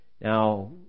Now